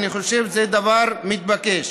אני חושב שזה דבר שמתבקש.